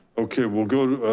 okay, we'll go,